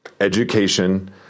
education